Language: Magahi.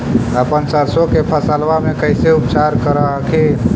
अपन सरसो के फसल्बा मे कैसे उपचार कर हखिन?